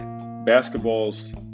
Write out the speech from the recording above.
basketball's